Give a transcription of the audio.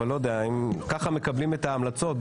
אבל אם ככה מקבלים את ההמלצות,